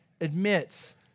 admits